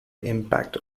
impact